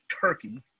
Turkey